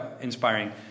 inspiring